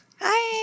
hi